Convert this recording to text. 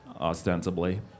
ostensibly